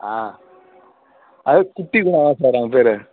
ஆ அது குட்டி குமார் சார் தான் அவன் பேர்